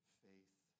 faith